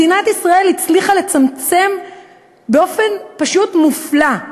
מדינת ישראל הצליחה לצמצם באופן פשוט מופלא,